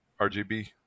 RGB